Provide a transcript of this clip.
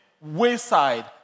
wayside